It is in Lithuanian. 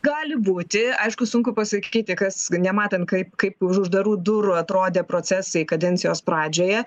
gali būti aišku sunku pasakyti kas nematant kaip kaip už uždarų durų atrodė procesai kadencijos pradžioje